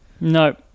No